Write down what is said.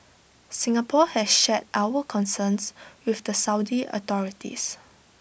Singapore has shared our concerns with the Saudi authorities